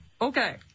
Okay